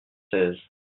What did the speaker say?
seize